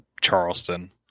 Charleston